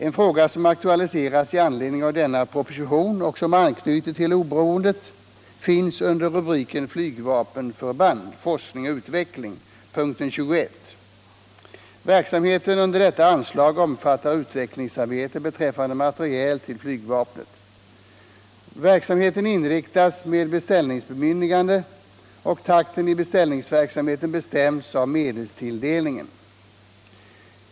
En fråga som aktualiseras i anledning av denna proposition och som anknyter till oberoendet finns under punkten 21. Flygvapenförband: = Forskning och = utveckling. Verksamheten under detta anslag omfattar utvecklingsarbete beträffande materiel till flygvapnet. Verksamheten inriktas med beställningsbemyndigande medan takten i beställningsverksamheten bestäms av medelstilldelningen.